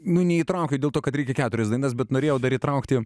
neįtraukiu dėl to kad reikia keturias dainas bet norėjau dar įtraukti